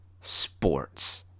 Sports